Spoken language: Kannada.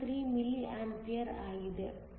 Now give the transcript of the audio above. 513 mA ಆಗಿದೆ